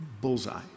Bullseye